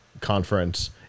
conference